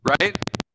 right